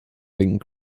bing